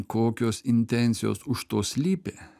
kokios intencijos už to slypi